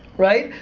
right?